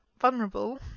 vulnerable